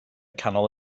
canol